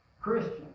Christian